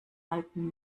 alten